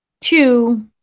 Two